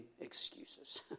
excuses